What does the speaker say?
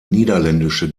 niederländische